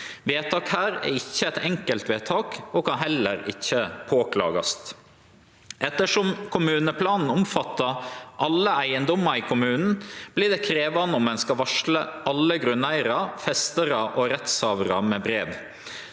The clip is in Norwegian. Vedtak her er ikkje enkeltvedtak, og kan heller ikkje klagast inn. Ettersom kommuneplanen omfattar alle eigedomar i kommunen, vert det krevjande om ein skal varsla alle grunneigarar, festarar og rettshavarar med brev.